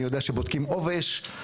אני יודע שבודקים עובש.